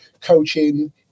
coaching